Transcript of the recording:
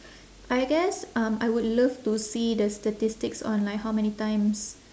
I guess um I would love to see the statistics on like how many times